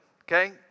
okay